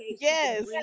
Yes